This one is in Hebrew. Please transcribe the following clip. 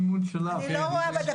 אני לא רואה בדפים.